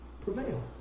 prevail